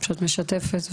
שאת משתפת.